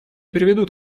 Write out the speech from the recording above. приведут